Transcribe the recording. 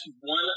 one